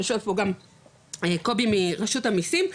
יושב פה גם קובי מרשות המיסים,